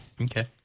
Okay